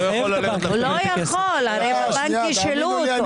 הרי הבנק ישאלו אותו